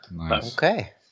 Okay